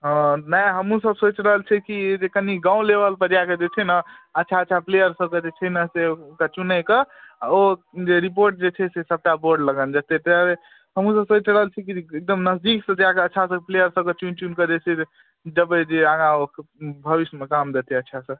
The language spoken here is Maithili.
हँ नहि हमहूँ सब सोचि रहल छियै कि जे कनि गावँ लेवल पर जाऽ के देखियै नऽ अच्छा अच्छा प्लेअर सब जे छै ने से चुनिकऽ ओ जे रिपोर्ट जे छै से सबटा बोर्ड लगन जयतै ताहि दुआरे हमहूँ सब सोचि रहल छी कि एकदम नजदीकसँ जाए कए अच्छासँ प्लेअर सबके चुनि चुनि कऽ जे छै से देबै जे आगाँ ओ भविष्यमे काम देतै अच्छासँ